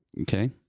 Okay